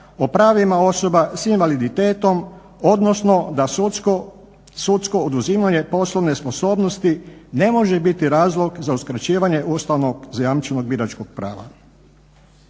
o pravima osoba s invaliditetom, odnosno da sudsko oduzimanje poslovne sposobnosti ne može biti razlog za uskraćivanje ustavnog zajamčenog biračkog prava.